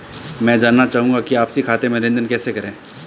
मैं जानना चाहूँगा कि आपसी खाते में लेनदेन कैसे करें?